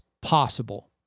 possible